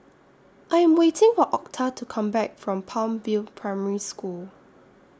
I Am waiting For Octa to Come Back from Palm View Primary School